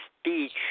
speech